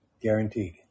Guaranteed